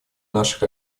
наших